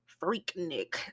Freaknik